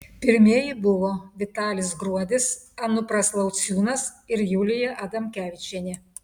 pirmieji buvo vitalis gruodis anupras lauciūnas ir julija adamkevičienė